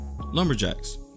Lumberjacks